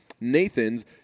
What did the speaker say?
Nathan's